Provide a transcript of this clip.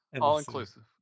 all-inclusive